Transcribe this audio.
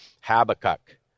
Habakkuk